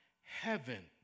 heaven